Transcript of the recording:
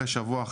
אחרי שבוע,